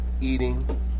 eating